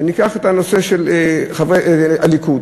וניקח את הנושא של חברי הליכוד.